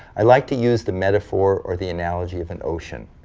i like to use the metaphor, or the analogy of an ocean.